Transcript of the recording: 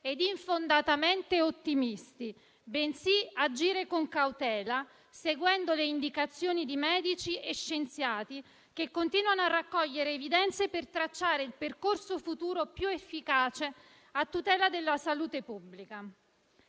ed infondatamente ottimisti, bensì agire con cautela seguendo le indicazioni di medici e scienziati, che continuano a raccogliere evidenze per tracciare il percorso futuro più efficace a tutela della salute pubblica.